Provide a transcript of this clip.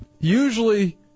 Usually